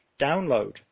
download